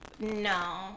no